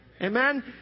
Amen